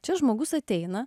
čia žmogus ateina